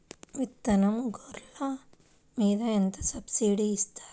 విత్తనం గొర్రు మీద ఎంత సబ్సిడీ ఇస్తారు?